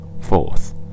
Fourth